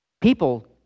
People